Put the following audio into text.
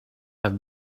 have